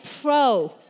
pro